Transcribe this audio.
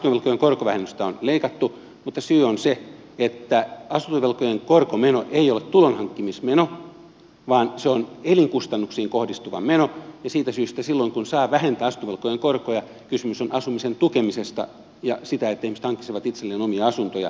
asuntovelkojen korkovähennystä on leikattu mutta syy on se että asuntovelkojen korkomeno ei ole tulonhankkimismeno vaan elinkustannuksiin kohdistuva meno ja siitä syystä silloin kun saa vähentää asuntovelkojen korkoja kysymys on asumisen tukemisesta ja siitä että ihmiset hankkisivat itselleen omia asuntoja